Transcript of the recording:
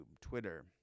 twitter